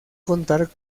contar